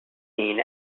seen